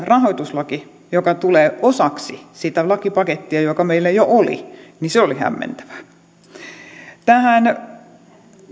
rahoituslaki joka tulee osaksi sitä lakipakettia joka meillä jo on ollut täällä se oli hämmentävää tähän